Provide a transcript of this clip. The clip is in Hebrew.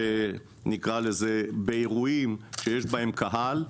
נקרא לזה, באירועים שיש בהם קהל,